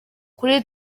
kuri